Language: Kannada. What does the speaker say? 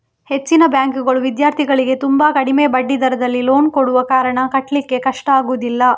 ಹೆಚ್ಚಿನ ಬ್ಯಾಂಕುಗಳು ವಿದ್ಯಾರ್ಥಿಗಳಿಗೆ ತುಂಬಾ ಕಡಿಮೆ ಬಡ್ಡಿ ದರದಲ್ಲಿ ಲೋನ್ ಕೊಡುವ ಕಾರಣ ಕಟ್ಲಿಕ್ಕೆ ಕಷ್ಟ ಆಗುದಿಲ್ಲ